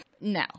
no